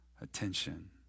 attention